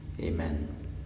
amen